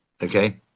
Okay